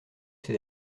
ces